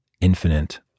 infinite